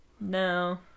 No